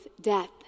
death